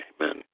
amen